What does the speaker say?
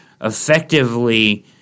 effectively